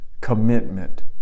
commitment